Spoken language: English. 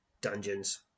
dungeons